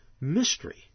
mystery